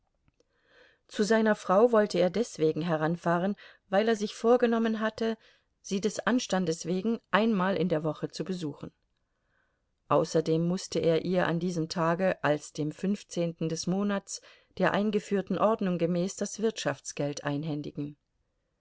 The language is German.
zu seiner frau wollte er deswegen heranfahren weil er sich vorgenommen hatte sie des anstandes wegen einmal in der woche zu besuchen außerdem mußte er ihr an diesem tage als dem fünfzehnten des monats der eingeführten ordnung gemäß das wirtschaftsgeld einhändigen